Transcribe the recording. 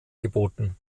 geboten